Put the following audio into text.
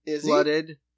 blooded